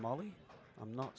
molly i'm not